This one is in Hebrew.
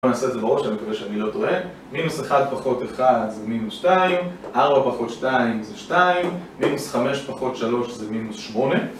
בואו נעשה את זה בראש, אמץני מקווה שאני לא טועה. מינוס 1 פחות 1 זה מינוס 2, 4 פחות 2 זה 2, מינוס 5 פחות 3, זה מינוס 8